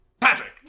Patrick